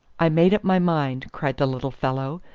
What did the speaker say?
i made up my mind, cried the little fellow,